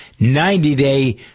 90-day